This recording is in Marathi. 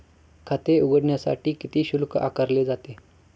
खाते उघडण्यासाठी किती शुल्क आकारले जाते?